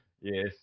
yes